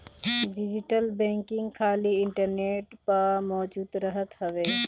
digital banking खाली internet पअ मौजूद रहत हवे